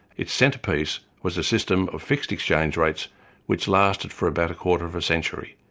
its centrepiece was a system of fixed exchange rates which lasted for about quarter of a century,